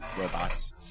robots